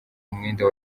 umwenda